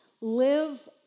live